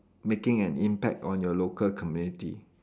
making an impact on your local community